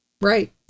Right